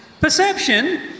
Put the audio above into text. Perception